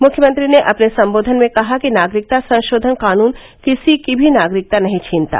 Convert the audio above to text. मुख्यमंत्री ने अपने संबोधन में कहा कि नागरिकता संशोधन कानुन किसी की भी नागरिकता नहीं छीनता